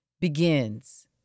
begins